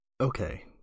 Okay